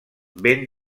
ben